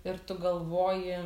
ir tu galvoji